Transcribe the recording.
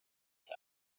eto